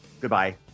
Goodbye